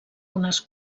unes